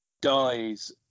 dies